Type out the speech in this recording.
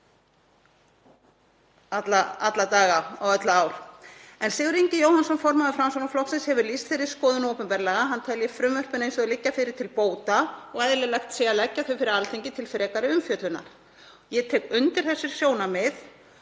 alla daga og öll ár. Sigurður Ingi Jóhannsson, formaður Framsóknarflokksins, hefur lýst þeirri skoðun opinberlega að hann telji frumvörpin eins og þau liggja fyrir til bóta og eðlilegt sé að leggja þau fyrir Alþingi til frekari umfjöllunar. Ég tek undir þau sjónarmið